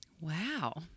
Wow